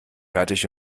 fertig